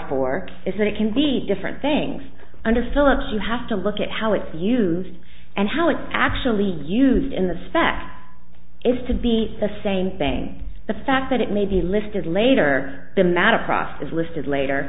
that it can be different things under philips you have to look at how it's used and how it's actually used in the specs is to be the same thing the fact that it may be listed later the matter crosses listed later